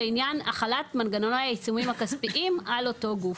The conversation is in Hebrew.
לעניין החלת מנגנוני העיצומים הכספיים על אותו גוף.